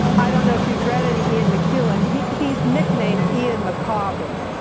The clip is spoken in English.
i don't know if you've read any ian mcewan, he's he's nicknamed ian macabre